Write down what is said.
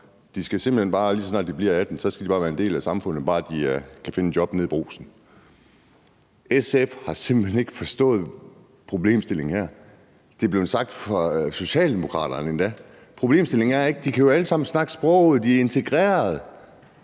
siger så, at de, lige så snart de bliver 18, bare skal være en del af samfundet, bare de kan finde et job nede i Brugsen. SF har simpelt hen ikke forstået problemstillingen her. Det er ellers endda blevet sagt fra Socialdemokraternes side. Problemstillingen er ikke, at de alle sammen kan snakke sproget, at de er integrerede,